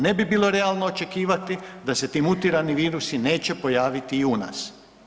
Ne bi bilo realno očekivati da se ti mutirani virusi neće pojaviti i u nas.